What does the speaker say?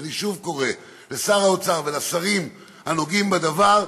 אני שוב קורא לשר האוצר ולשרים הנוגעים בדבר: